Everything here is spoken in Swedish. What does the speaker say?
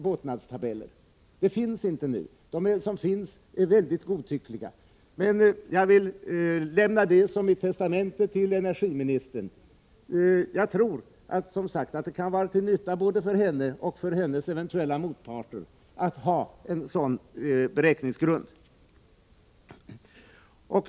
Sådana tabeller finns inte nu. Det som finns är mycket godtyckligt. Jag vill lämna detta som ett testamente till energiministern. Som sagt tror jag att det kan vara till nytta både för henne och för hennes eventuella motparter att ha en sådan beräkningsgrund.